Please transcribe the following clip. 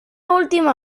última